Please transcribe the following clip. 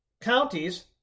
counties